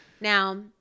Now